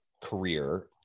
career